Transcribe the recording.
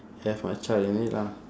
have my child in it lah